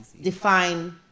define